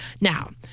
Now